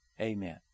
Amen